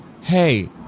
Hey